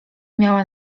miała